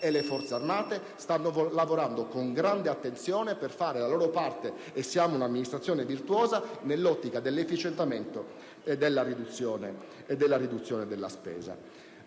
e le Forze armate stanno lavorando con grande attenzione per fare la loro parte - e siamo un'amministrazione virtuosa - nell'ottica dell'efficientamento e della riduzione della spesa.